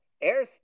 Air